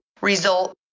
result